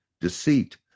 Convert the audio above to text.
deceit